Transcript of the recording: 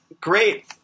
great